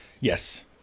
Yes